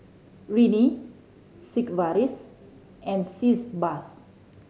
Rene Sigvaris and Sitz Bath